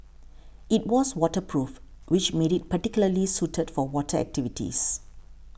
it was waterproof which made it particularly suited for water activities